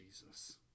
Jesus